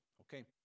Okay